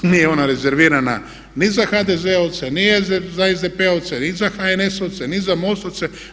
Nije ona rezervirana ni za HDZ-ovce, ni za SDP-ovce, ni za HNS-ovce, ni za MOST-ovce.